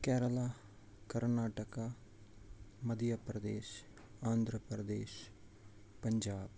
Kerala Karnataka Madhya Pradesh Andhra Pradesh Punjab